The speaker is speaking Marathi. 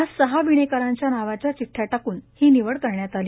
आज सहा वीणेकरांच्या नावाच्या चिठ्ठ्या टाकून ही निवड करण्यात आली